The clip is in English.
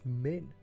men